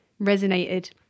resonated